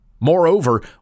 Moreover